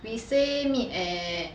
we say meet at